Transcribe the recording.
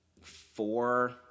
four